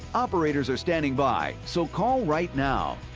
operators are standing by. so call right now.